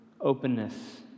openness